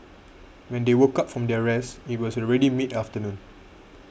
when they woke up from their rest it was already mid afternoon